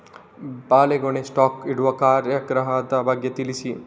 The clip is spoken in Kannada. ಬಾಳೆಗೊನೆ ಸ್ಟಾಕ್ ಇಡುವ ಕಾರ್ಯಗಾರದ ಬಗ್ಗೆ ತಿಳಿಸಿ